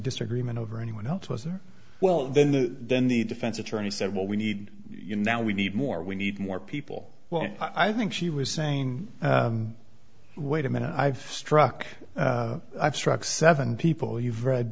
disagreement over anyone else wasn't well then the then the defense attorney said well we need you now we need more we need more people well i think she was saying wait a minute i've struck i've struck seven people you